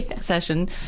session